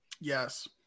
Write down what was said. Yes